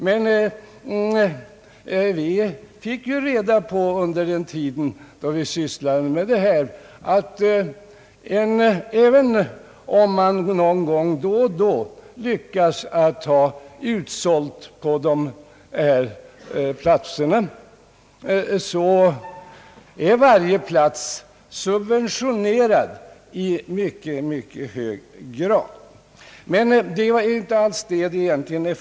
Men på den tiden när vi sysslade med detta fick vi reda på att även om man någon gång lyckas få utsålt vid de här institutionerna är ändå varje plats subventionerad i mycket hög grad. Men det är nu inte detta som problemet gäller.